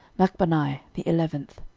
machbanai the eleventh.